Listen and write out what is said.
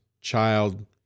child